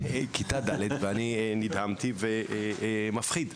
כיתה ד' ואני נדהמתי ומפחיד,